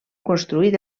construït